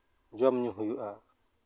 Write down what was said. ᱡᱚᱢ ᱧᱩ ᱦᱩᱭᱩᱜᱼᱟ